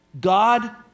God